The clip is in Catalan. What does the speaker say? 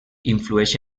influeix